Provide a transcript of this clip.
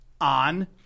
on